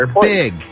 big